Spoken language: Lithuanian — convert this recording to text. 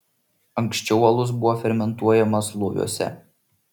anksčiau alus buvo fermentuojamas loviuose